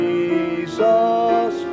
Jesus